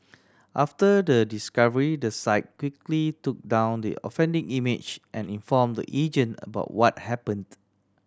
after the discovery the site quickly took down the offending image and informed the agent about what happened